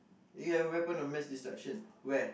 you got weapon to mess this direction where